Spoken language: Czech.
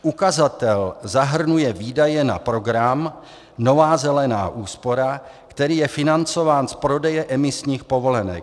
Ukazatel zahrnuje výdaje na program Nová zelená úspora, který je financován z prodeje emisních povolenek.